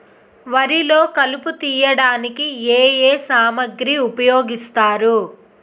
వరిలో కలుపు తియ్యడానికి ఏ ఏ సామాగ్రి ఉపయోగిస్తారు?